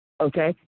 Okay